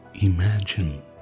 Imagine